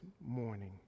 morning